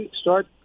Start